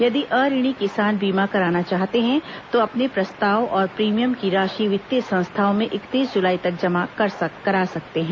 यदि अऋणी किसान बीमा कराना चाहते हैं तो अपने प्रस्ताव और प्रीमियम की राशि वित्तीय संस्थाओं में इकतीस जुलाई तक जमा करा सकते हैं